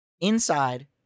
inside